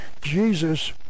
Jesus